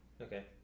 Okay